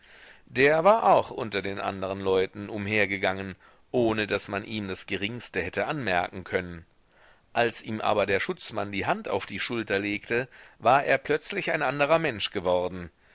der war auch unter den anderen leuten umhergegangen ohne daß man ihm das geringste hätte anmerken können als ihm aber der schutzmann die hand auf die schulter legte war er plötzlich ein anderer mensch geworden